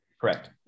Correct